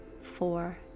four